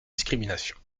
discrimination